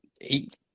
eight